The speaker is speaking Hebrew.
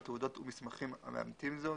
ותעודות ומסמכים המאמתים זאת,